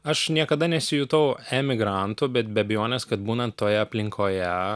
aš niekada nesijutau emigrantu bet be abejonės kad būnant toje aplinkoje